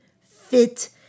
fit